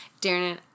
Darren